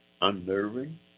unnerving